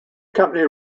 company